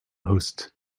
hosts